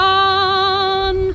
on